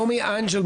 נעמי אנג'ל,